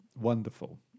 wonderful